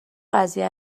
قضیه